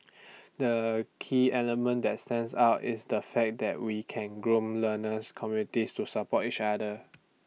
the key element that stands out is the fact that we can groom learner's communities to support each other